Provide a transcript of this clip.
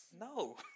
No